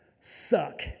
suck